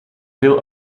veel